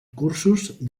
cursos